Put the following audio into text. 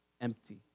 empty